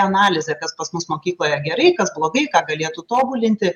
analizę kas pas mus mokykloje gerai kas blogai ką galėtų tobulinti